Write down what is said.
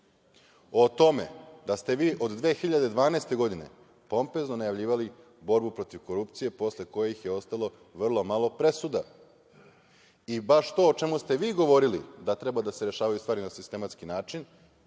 o tome da ste vi od 2012. godine pompezno najavljivali borbu protiv korupcije posle koje je ostalo vrlo malo presuda. I baš to o čemu ste vi govorili da treba da se rešavaju stvari na sistematski način,